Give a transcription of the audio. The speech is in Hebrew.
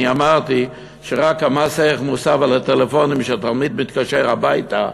אני אמרתי שרק מס ערך מוסף על הטלפונים שבהם התלמיד מתקשר הביתה,